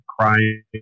crying